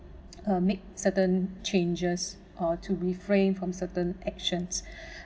uh make certain changes or to refrain from certain actions